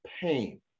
pain